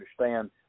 understand